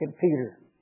Peter